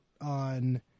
on